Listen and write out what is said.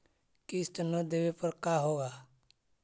किस्त न देबे पर का होगा?